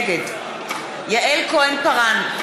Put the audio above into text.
נגד יעל כהן-פארן,